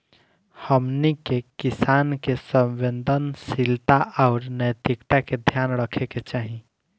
हमनी के किसान के संवेदनशीलता आउर नैतिकता के ध्यान रखे के चाही